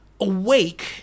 Awake